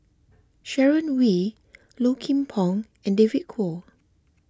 Sharon Wee Low Kim Pong and David Kwo